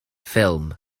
ffilm